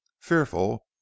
fearful